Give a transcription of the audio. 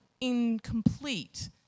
incomplete